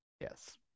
Yes